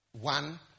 one